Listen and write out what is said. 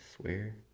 swear